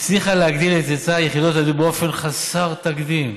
הצליחה להגדיל את היצע יחידות הדיור באופן חסר תקדים.